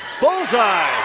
Bullseye